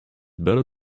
better